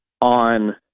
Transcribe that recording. on